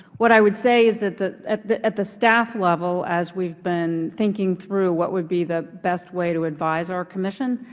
what i would say is that at the at the staff level, as we've been thinking through what would be the best way to advise our commission,